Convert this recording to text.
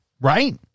right